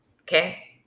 Okay